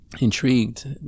intrigued